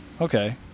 Okay